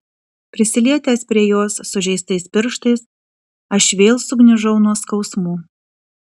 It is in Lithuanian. prisilietęs prie jos sužeistais pirštais aš vėl sugniužau nuo skausmų